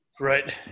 Right